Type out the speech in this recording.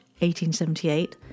1878